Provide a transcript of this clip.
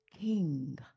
King